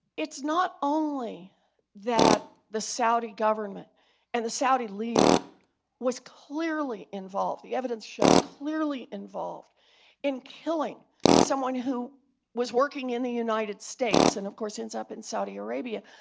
it's not only that the saudi government and the saudi leader was clearly involved. the evidence shows clearly involved in killing someone who was working in the united states and of course ends up in saudi arabia.